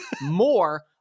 more